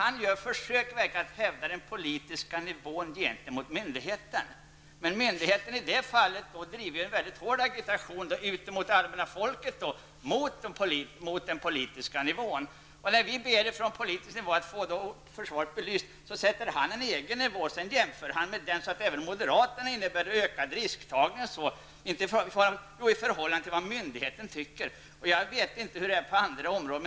Han försöker verkligen hävda den politiska nivån gentemot myndigheten. Men myndigheten i detta fall driver en mycket hård agitation inför folket mot den politiska nivån. När vi på politisk nivå ber att få försvaret belyst fastlägger försvarsministern egen nivå. Sedan gör han jämförelser -- även moderaterna innebär då en ökad risktagning i förhållande till vad myndigheten tycker. Jag vet inte hur det förhåller sig på andra områden.